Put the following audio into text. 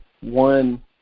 one